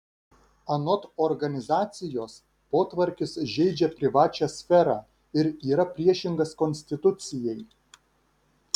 anot organizacijos potvarkis žeidžia privačią sferą ir yra priešingas konstitucijai